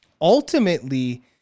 ultimately